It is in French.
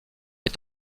est